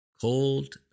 Cold